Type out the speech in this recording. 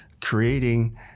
creating